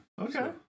Okay